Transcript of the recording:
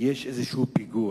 יש פיגוע,